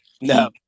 No